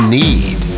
need